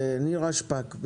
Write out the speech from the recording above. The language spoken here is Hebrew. נירה שפק.